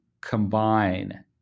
combine